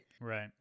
right